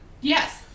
Yes